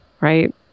Right